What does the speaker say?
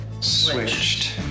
Switched